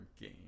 game